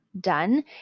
done